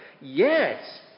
Yes